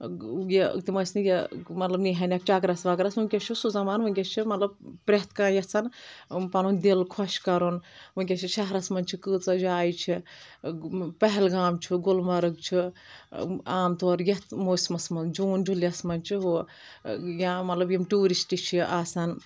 یہِ تم ٲس نہٕ یہِ مطلب نیہانکھ چکرس وکرس ونۍکٮ۪س چھُ سہُ زمانہٕ ونۍکٮ۪س چھ مطلب پرٮ۪تھ کانہہ یژھان پنُن دل خۄش کَرُن ونۍکٮ۪س چھِ شہرس منٛز چھِ کۭژاہ جایہِ چھ پہلگام چُھ گُلمرگ چھُ عام طور یتھ موسمَس منٛز جوٗن جُلۍیس منٛز چھ ہہُ یا مطلب یم ٹورشٹ چھ آسان